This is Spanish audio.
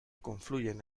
confluyen